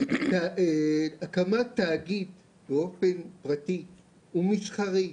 שהקמת תאגיד באופן פרטי הוא מסחרי,